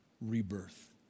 rebirth